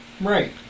Right